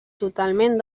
totalment